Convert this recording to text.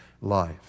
life